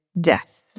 death